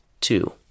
Two